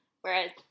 whereas